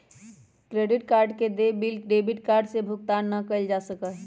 credit card के देय bill debit card से भुगतान ना कइल जा सका हई